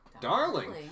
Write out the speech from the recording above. darling